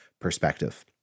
perspective